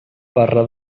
barra